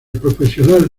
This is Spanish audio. profesional